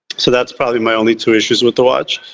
so that's probably my only two issues with the watch.